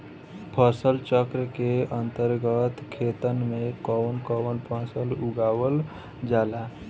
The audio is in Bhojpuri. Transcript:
फसल चक्रण के अंतर्गत खेतन में कवन कवन फसल उगावल जाला?